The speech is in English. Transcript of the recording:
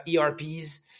ERPs